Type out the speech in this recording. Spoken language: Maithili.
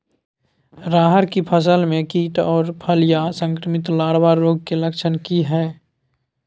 रहर की फसल मे कीट आर फलियां संक्रमित लार्वा रोग के लक्षण की हय?